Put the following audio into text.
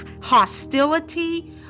hostility